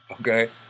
Okay